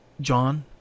John